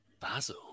basil